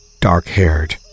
dark-haired